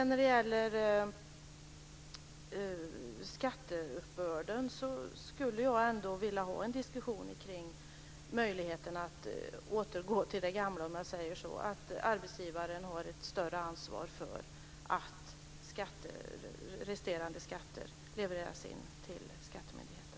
När det gäller skatteuppbörden skulle jag vilja ha en diskussion om möjligheterna att så att säga återgå till det gamla, dvs. att arbetsgivaren har ett större ansvar för att resterande skatter levereras in till skattemyndigheten.